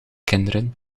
kinderen